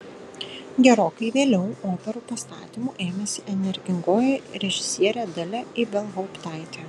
gerokai vėliau operų pastatymų ėmėsi energingoji režisierė dalia ibelhauptaitė